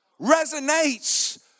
resonates